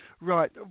Right